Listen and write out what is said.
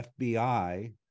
FBI